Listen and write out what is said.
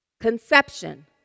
conception